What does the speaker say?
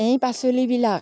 এই পাচলিবিলাক